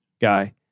guy